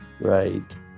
Right